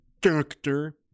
Doctor